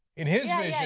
in his vision,